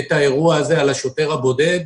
האירוע הזה על השוטר הבודד.